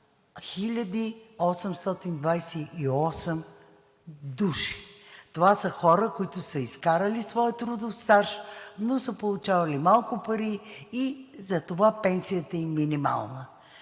828 души. Това са хора, които са изкарали своя трудов стаж, но са получавали малко пари и затова пенсията им е минимална.